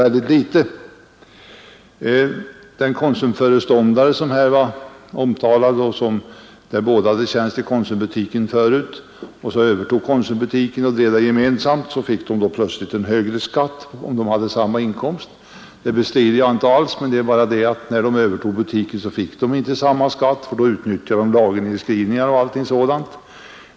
Att de äkta makar som tidigare arbetade i en konsumbutik och så småningom övertog affären, plötsligt fick högre skatt med samma inkomst som tidigare bestrider jag inte alls. I verkligheten fick de dock inte lika hög skatt när de övertog butiken därför att de då kunde göra lagernedskrivningar och liknande.